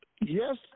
Yes